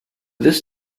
this